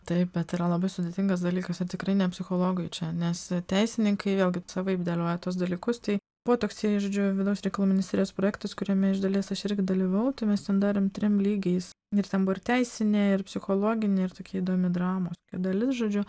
taip bet yra labai sudėtingas dalykas ne tikrai ne psichologai čia nes a teisininkai vėlgi savaip dėlioja tuos dalykus tai potokstėje žodžiu vidaus reikalų ministerijos projektas kuriame iš dalies aš irgi dalyvavau tai mes ten darėm trim lygiais ir ten buvo ir teisinė ir psichologinė ir tokia įdomi dramos tai dalis žodžiu